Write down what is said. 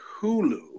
Hulu